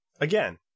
Again